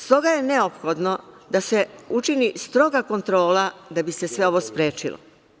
S toga je neophodno da se učini stroga kontrola da bi se sve ovo sprečilo.